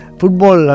football